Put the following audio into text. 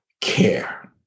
care